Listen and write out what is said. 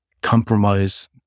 compromise